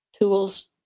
tools